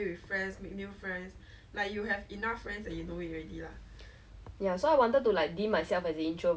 it's not always the best to I think like last time like mum will always joke even now she'll say ha but last time you always say you got nine best friend